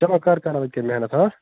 چلو کَرکَر وۅنۍ تیٚلہِ محنت ہٕہ